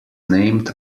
named